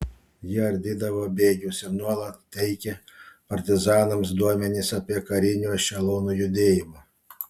ji ardydavo bėgius ir nuolat teikė partizanams duomenis apie karinių ešelonų judėjimą